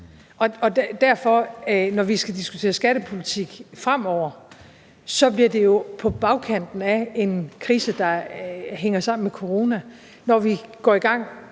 vil det, når vi skal diskutere skattepolitik fremover, jo være på bagkant af en krise, der hænger sammen med corona. Når vi går i gang